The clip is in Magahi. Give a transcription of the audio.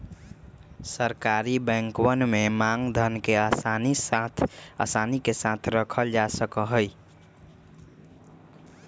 सरकारी बैंकवन में मांग धन के आसानी के साथ रखल जा सका हई